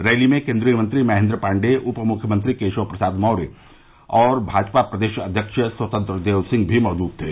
rally में केन्द्रीय मंत्री महेन्द्र पाण्डेय उप मुख्यमंत्री केशव प्रसाद मौर्य और भाजपा प्रदेश अध्यक्ष स्वतंत्र देव सिंह भी मौजूद थे